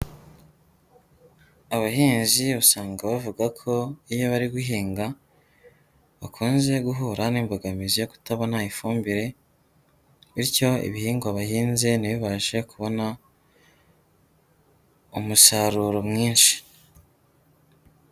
Abahinzi usanga bavuga ko iyo bari guhinga, bakunze guhura n'imbogamizi yo kutabona ifumbire, bityo ibihingwa bahinze ntibibashe kubona umusaruro mwinshi.